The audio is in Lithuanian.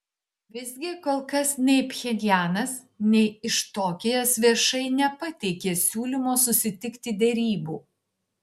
visgi kol kas nei pchenjanas nei iš tokijas viešai nepateikė siūlymo susitikti derybų